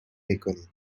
میکنید